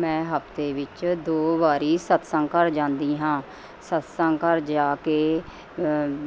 ਮੈਂ ਹਫ਼ਤੇ ਵਿੱਚ ਦੋ ਵਾਰੀ ਸਤਿਸੰਗ ਘਰ ਜਾਂਦੀ ਹਾਂ ਸਤਿਸੰਗ ਘਰ ਜਾ ਕੇ